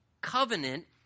covenant